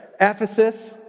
Ephesus